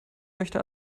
möchte